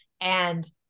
And-